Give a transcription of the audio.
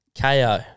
KO